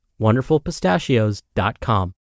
WonderfulPistachios.com